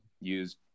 use